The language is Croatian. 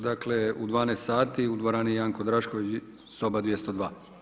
Dakle u 12 sati u dvorani Janko Drašković soba 202.